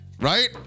Right